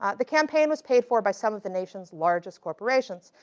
ah the campaign was paid for by some of the nation's largest corporations,